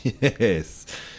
Yes